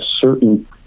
certain